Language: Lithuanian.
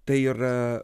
tai yra